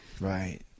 Right